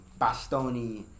Bastoni